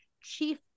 Chief